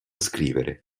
scrivere